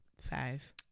Five